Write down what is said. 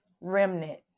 Remnant